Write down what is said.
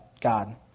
God